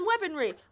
weaponry